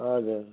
हजुर